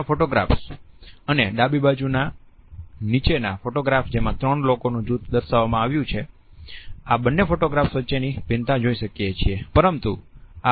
આપણે આ ફોટોગ્રાફ અને ડાબી બાજુના નીચેના ફોટોગ્રાફ જેમાં ત્રણ લોકોનું જૂથ દર્શાવવામાં આવ્યું છે આ બને ફોટોગ્રાફ્સ વચ્ચેની ભિન્નતા જોઈ શકીએ છીએ